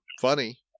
funny